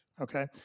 Okay